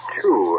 two